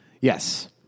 Yes